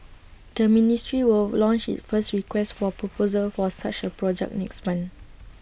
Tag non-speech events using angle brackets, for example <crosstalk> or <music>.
<noise> the ministry will launch its first request for proposal for such A project next month